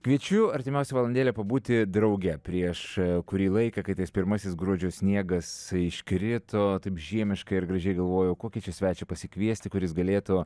kviečiu artimiausią valandėlę pabūti drauge prieš kurį laiką kai tais pirmasis gruodžio sniegas iškrito taip žiemiškai ir gražiai galvojau kokį čia svečią pasikviesti kuris galėtų